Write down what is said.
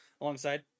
alongside